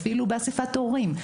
אפילו באסיפת הורים,